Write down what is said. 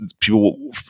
people